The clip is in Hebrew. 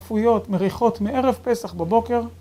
אפויות, מריחות מערב פסח בבוקר